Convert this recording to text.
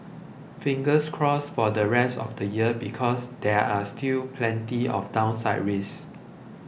fingers crossed for the rest of the year because there are still plenty of downside risks